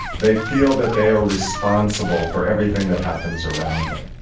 they feel that they are responsible for everything that happens around them.